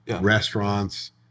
Restaurants